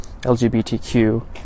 LGBTQ